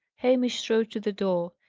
hamish strode to the door.